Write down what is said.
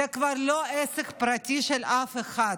זה כבר לא עסק פרטי של אף אחד.